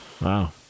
Wow